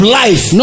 life